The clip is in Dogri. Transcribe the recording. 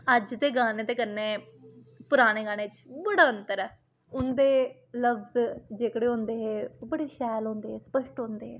अज्ज दे गाने ते कन्नै पराने गाने च बड़ा अतंर ऐ उं'दे लफ्ज जेह्कड़े होंदे हे ओह् बड़े शैल होंदे हे स्पश्ट होंदे हे